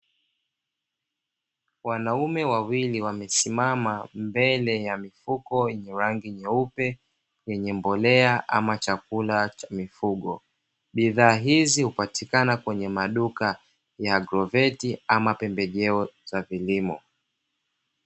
Wanaume wawili wamesimama mbele ya mifuko yenye rangi nyeupe, yenye mbolea ama chakula cha mifugo. Bidhaa hizi hupatikana kwenye maduka ya agroveti ama pembejeo za kilimo.